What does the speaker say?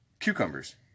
Cucumbers